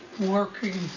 Working